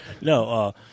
No